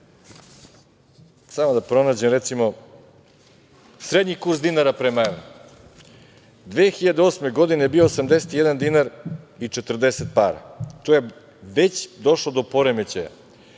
kako to izgleda, recimo, srednji kurs dinara prema evru - 2008. godine je bio 81 dinar i 40 para, tu je već došlo do poremećaja.